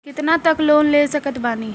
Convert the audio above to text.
कितना तक लोन ले सकत बानी?